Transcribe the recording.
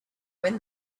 when